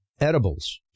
edibles